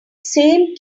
same